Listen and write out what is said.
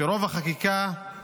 שרוב החקיקה היא